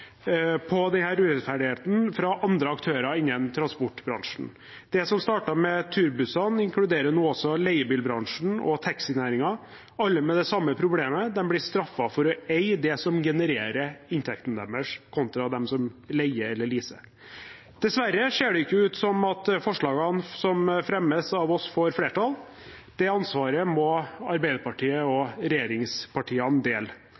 på denne urettferdigheten fra andre aktører innen transportbransjen. Det som startet med turbussene, inkluderer nå også leiebilbransjen og taxinæringen – alle med det samme problemet: De blir straffet for å eie det som genererer inntekten deres, kontra dem som leier eller leaser. Dessverre ser det ikke ut til at forslagene som fremmes av oss, får flertall. Det ansvaret må Arbeiderpartiet